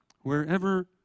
Wherever